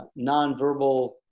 nonverbal